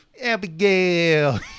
Abigail